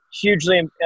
hugely